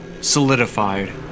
solidified